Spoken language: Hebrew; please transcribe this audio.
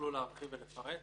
יוכלו להרחיב ולפרט.